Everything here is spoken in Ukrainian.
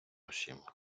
усім